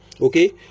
okay